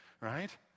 right